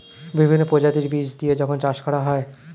বিভিন্ন প্রজাতির বীজ দিয়ে যখন চাষ করা হয়